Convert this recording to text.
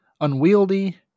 unwieldy